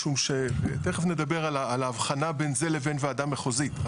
משום שתכף נדבר על ההבחנה בין זה לבין וועדה מחוזית,